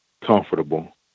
comfortable